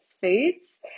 foods